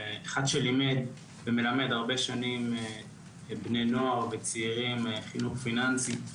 ואחד שלימד ומלמד הרבה שנים בני נוער וצעירים חינוך פיננסי.